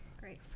Great